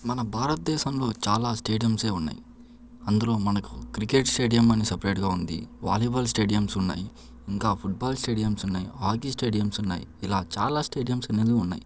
మన భారతదేశంలో చాలా స్టేడియమ్సే ఉన్నాయి అందులో మనకు క్రికెట్ స్టేడియమ్ అని సపరేట్గా ఉంది వాలీబాల్ స్టేడియమ్స్ ఉన్నాయి ఇంకా ఫుట్బాల్ స్టేడియమ్స్ ఉన్నాయి హాకీ స్టేడియమ్స్ ఉన్నాయి ఇలా చాలా స్టేడియమ్స్ అనేవి ఉన్నాయి